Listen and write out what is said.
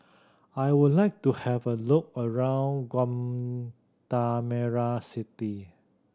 I would like to have a look around Guatemala City